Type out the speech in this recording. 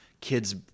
kids